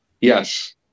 Yes